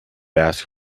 ask